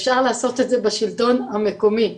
אפשר לעשות את זה בשלטון המקומי,